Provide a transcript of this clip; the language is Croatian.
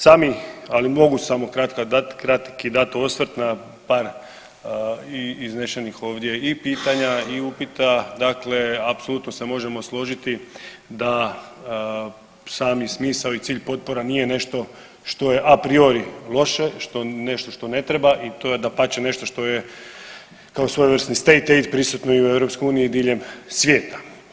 Sami, ali mogu samo kratki dat osvrt na par iznešenih ovdje i pitanja i upita dakle apsolutno se možemo složiti da sami smisao i cilj potpora nije nešto što je a priori loše, što, nešto što ne treba i to je dapače nešto što je kao svojevrsni … [[Govorni se ne razumije]] prisutni i u EU i diljem svijeta.